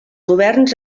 governs